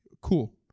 cool